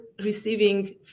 receiving